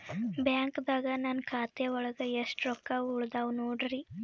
ಬ್ಯಾಂಕ್ದಾಗ ನನ್ ಖಾತೆ ಒಳಗೆ ಎಷ್ಟ್ ರೊಕ್ಕ ಉಳದಾವ ನೋಡ್ರಿ?